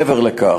מעבר לכך,